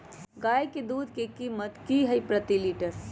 गाय के दूध के कीमत की हई प्रति लिटर?